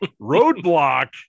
Roadblock